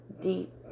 deep